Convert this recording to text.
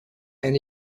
and